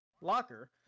locker